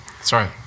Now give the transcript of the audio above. Sorry